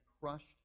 crushed